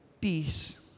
peace